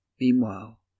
Meanwhile